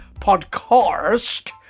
podcast